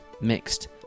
mixed